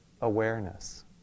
awareness